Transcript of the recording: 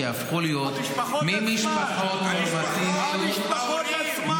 שיהפכו להיות ממשפחות נורמטיביות -- המשפחות עצמן.